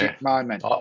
moment